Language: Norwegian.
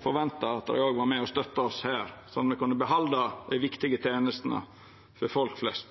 forventa at dei òg var med og støtta oss her så me kunne ha behalde dei viktige tenestene for folk flest.